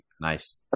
Nice